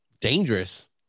dangerous